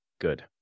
good